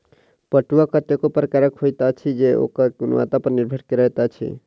पटुआ कतेको प्रकारक होइत अछि जे ओकर गुणवत्ता पर निर्भर करैत अछि